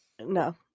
No